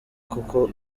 koko